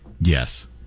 Yes